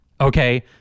Okay